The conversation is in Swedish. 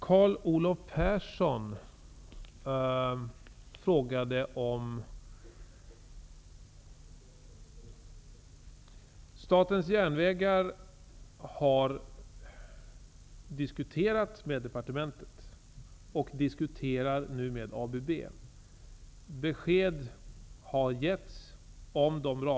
Carl Olov Persson frågade om Statens järnvägar har fört diskussioner med Kommunikationsdepartementet och om man nu diskuterar med ABB. Besked om ramarna har getts.